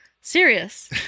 Serious